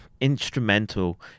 instrumental